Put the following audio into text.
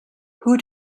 who